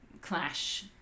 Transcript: clash